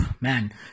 man